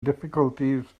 difficulties